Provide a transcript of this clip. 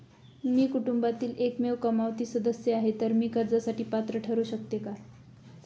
मी कुटुंबातील एकमेव कमावती सदस्य आहे, तर मी कर्जासाठी पात्र ठरु शकतो का?